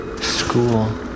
school